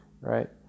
right